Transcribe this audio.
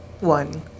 One